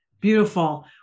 Beautiful